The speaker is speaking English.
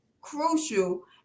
crucial